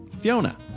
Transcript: Fiona